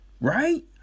Right